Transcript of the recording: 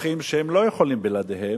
מצרכים שהם לא יכולים בלעדיהם,